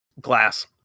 Glass